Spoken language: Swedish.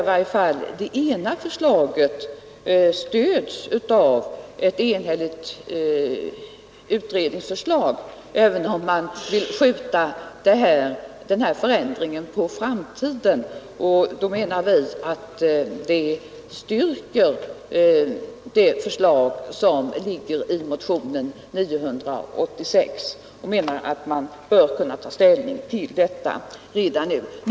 I varje fall det ena förslaget stöds av ett enhälligt utredningsförslag, även om utredningen vill skjuta denna förändring på framtiden. Det styrker förslaget i motionen 986. Vi menar att man bör kunna ta ställning till det redan nu.